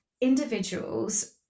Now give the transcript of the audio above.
individuals